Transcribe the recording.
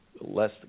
less